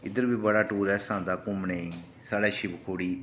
इद्धर बी बड़ा टुरिस्ट आंदा घुम्मनऽ गी शिवखोड़ी